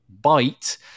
byte